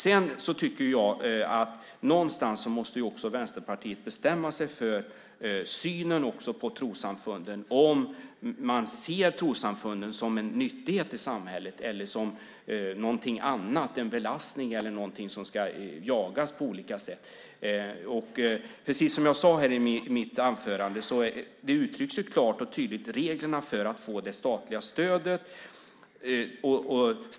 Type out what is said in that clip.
Jag tycker att Vänsterpartiet någonstans måste bestämma sig för synen på trossamfunden. Ser man trossamfunden som en nyttighet i samhället eller som någonting annat - en belastning eller något som ska jagas på olika sätt? Precis som jag sade i mitt anförande uttrycks reglerna för att få det statliga stödet klart och tydligt.